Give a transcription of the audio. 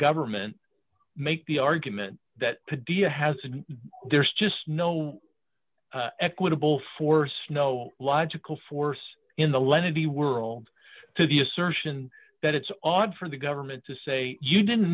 government make the argument that the dia has and there's just no equitable force no logical force in the length of the world to the assertion that it's odd for the government to say you didn't